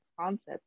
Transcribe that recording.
concept